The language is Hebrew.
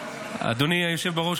אדוני היושב בראש,